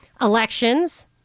elections